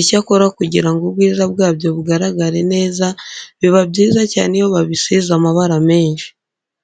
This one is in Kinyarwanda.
Icyakora kugira ngo ubwiza bwabyo bugaragare neza, biba byiza cyane iyo babisize amabara menshi.